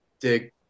dig